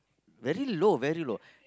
very low very low